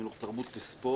חינוך תרבות וספורט